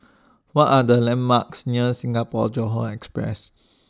What Are The landmarks near Singapore Johore Express